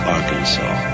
Arkansas